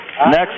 Next